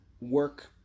work